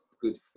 good